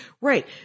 Right